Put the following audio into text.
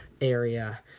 area